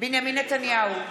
בנימין נתניהו,